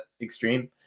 extreme